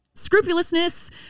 Scrupulousness